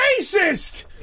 racist